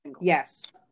yes